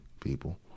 people